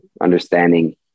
understanding